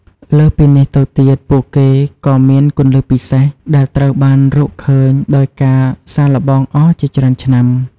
លើសពីនេះទៅទៀត ពួកគេក៏មាន គន្លឹះពិសេស ដែលត្រូវបានរកឃើញដោយការសាកល្បងអស់ជាច្រើនឆ្នាំ។